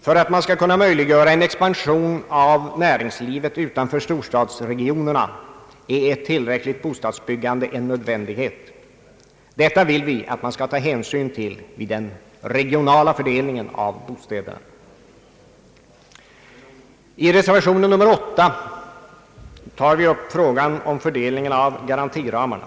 För att man skall kunna möjliggöra en expansion av näringslivet utanför storstadsregionerna är ett tillräckligt bostadsbyggande en nödvändighet. Detta vill vi att man skall ta hänsyn till vid den regionala fördelningen av bostäder. I reservation nr 8 tar vi upp frågan om fördelning av garantiramarna.